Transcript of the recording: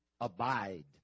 abide